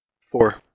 Four